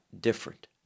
different